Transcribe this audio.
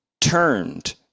turned